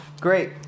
Great